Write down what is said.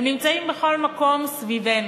הם נמצאים בכל מקום סביבנו.